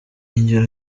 ingero